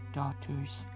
daughters